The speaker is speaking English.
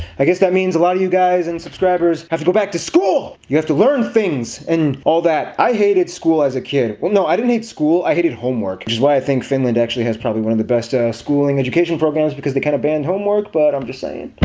i guess that means alot of you guys and subscribers have to go back to school! you have to learn things! and all that. i hated school as a kid. well, no, i didn't hate school. i hated homework. which is why i think finland actually has probably one of the best schooling education programs, because they kinda ban homework. but, i'm just saying.